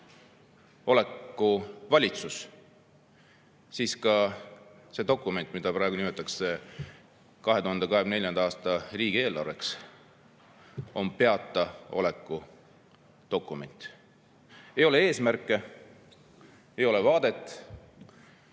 [võib öelda, et] ka see dokument, mida praegu nimetatakse 2024. aasta riigieelarveks, on peataoleku dokument. Ei ole eesmärke, ei ole vaadet.